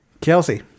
Kelsey